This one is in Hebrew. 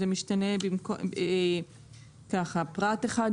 הראשון, פרט 1,